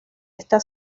esta